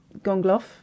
Gongloff